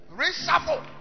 reshuffle